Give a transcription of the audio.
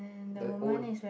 the old